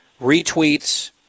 retweets